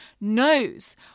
knows